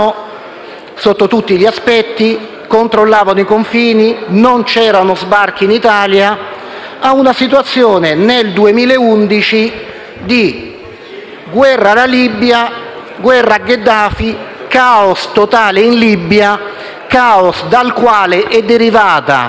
sotto tutti gli aspetti, controllavano i confini e non c'erano sbarchi in Italia, a una situazione nel 2011 di guerra alla Libia, guerra a Gheddafi e caos totale in Libia, dal quale è derivato